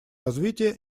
развитие